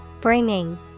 Bringing